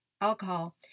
alcohol